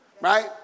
Right